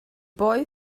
boy